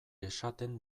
esaten